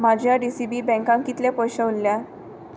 म्हाज्या D C B बँकान कितलें पयशे उरल्यात